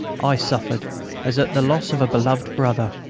i suffered as at the loss of a beloved brother,